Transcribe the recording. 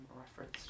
reference